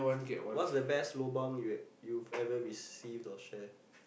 what's the best lobang you you've ever received or share